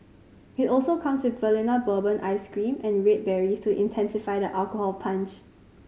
it also comes with Vanilla Bourbon ice cream and red berries to intensify the alcohol punch